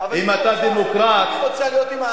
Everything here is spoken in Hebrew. אם אתה דמוקרט, לא, אני, שתישאר.